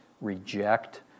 reject